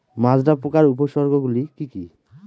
মাজরা পোকার উপসর্গগুলি কি কি?